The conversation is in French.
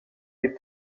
des